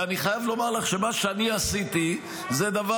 אני חייב לומר לך שמה שעשיתי הוא דבר